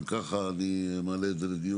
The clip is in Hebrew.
אם ככה, אני מעלה את זה להצבעה